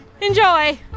enjoy